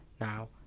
Now